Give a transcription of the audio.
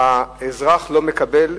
האזרח לא מקבל.